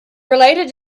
related